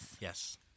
Yes